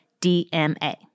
DMA